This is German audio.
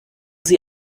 sie